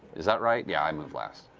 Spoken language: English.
is that right? yeah, i move last.